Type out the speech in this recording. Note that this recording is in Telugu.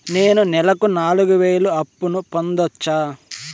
నేను నెలకు నాలుగు వేలు అప్పును పొందొచ్చా?